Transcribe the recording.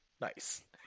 nice